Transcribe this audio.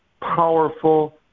powerful